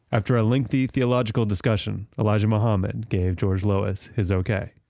after a lengthy theological discussion, elijah muhammad gave george lois his okay.